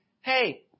Hey